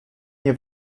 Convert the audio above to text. nie